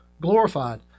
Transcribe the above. glorified